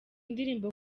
ndirimbo